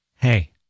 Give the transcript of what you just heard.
Hey